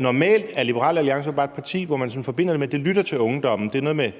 Normalt er Liberal Alliance jo et parti, som man ligesom forbinder med, at de lytter til ungdommen